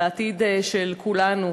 על העתיד של כולנו.